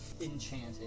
Enchanted